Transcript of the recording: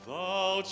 Thou